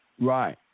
Right